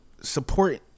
support